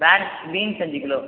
back beans அஞ்சு kilo